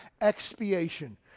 expiation